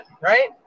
right